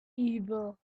evil